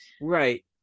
Right